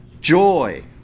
joy